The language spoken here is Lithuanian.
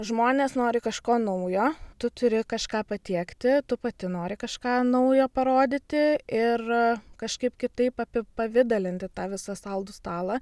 žmonės nori kažko naujo tu turi kažką patiekti tu pati nori kažką naujo parodyti ir kažkaip kitaip apipavidalinti tą visą saldų stalą